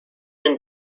been